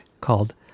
called